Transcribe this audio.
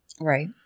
Right